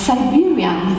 Siberian